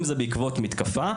אם זה בעקבות משפחה,